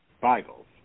Bibles